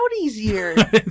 easier